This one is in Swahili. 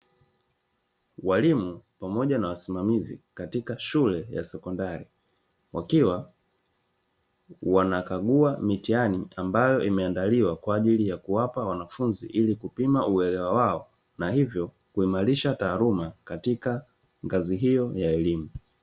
Walimu pamoja na wasimamizi katika shule ya sekondari, wakiwa wanakagua mitihani ambayo imeandaliwa kwa ajili ya kuwapa wanafunzi ili kupima uelewa wao, na hivyo kuimarisha taaluma katika ngazi hiyo ya elimu.